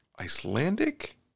Icelandic